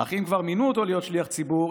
"אך אם כבר מינו אותו להיות שליח ציבור,